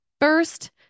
First